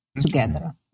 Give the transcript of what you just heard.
together